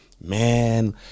Man